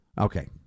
Okay